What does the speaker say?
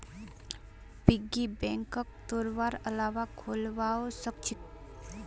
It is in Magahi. पिग्गी बैंकक तोडवार अलावा खोलवाओ सख छ